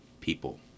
people